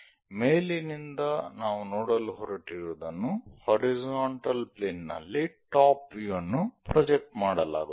ಮೇಲಿನಿಂದ ನಾವು ನೋಡಲು ಹೊರಟಿರುವುದನ್ನು ಹಾರಿಜಾಂಟಲ್ ಪ್ಲೇನ್ ನಲ್ಲಿ ಟಾಪ್ ವ್ಯೂ ಅನ್ನು ಪ್ರೊಜೆಕ್ಟ್ ಮಾಡಲಾಗುತ್ತದೆ